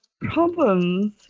problems